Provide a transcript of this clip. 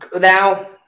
Now